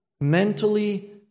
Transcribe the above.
mentally